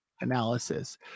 analysis